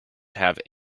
have